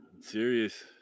Serious